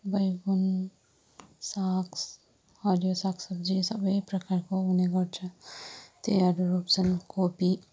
बैगुन साग हरियो साग सब्जी सबै प्रकारको हुने गर्छ त्यहीहरू रोप्छन् कोपी